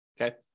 Okay